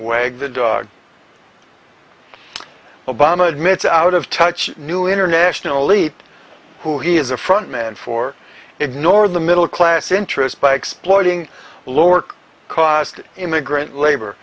way the dog obama admits out of touch new international leap who he is a front man for ignore the middle class interests by exploiting lower cost immigrant labor